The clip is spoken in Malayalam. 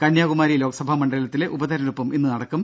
കന്യാകുമാരി ലോക്സഭാ മണ്ഡലത്തിലെ ഉപതെരഞ്ഞെടുപ്പും ഇന്ന് നടക്കും